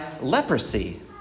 leprosy